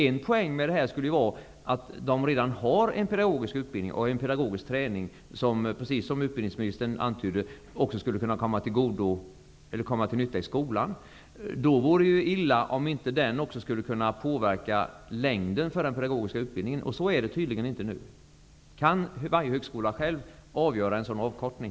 En poäng med detta skulle ju vara att yrkesofficerarna redan har pedagogisk utbildning och pedagogisk träning som, precis som utbildningsministern antydde, också skulle kunna komma till nytta i skolan. Mot den bakgrunden vore det illa om detta inte skulle kunna påverka den pedagogiska utbildningens längd. Så är tydligen inte fallet nu. Kan alltså varje högskola själv besluta om nämnda avkortning?